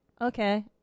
okay